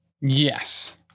yes